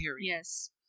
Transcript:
Yes